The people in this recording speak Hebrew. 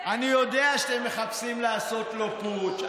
אני יודע שאתם מחפשים לעשות לו פוטש.